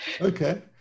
Okay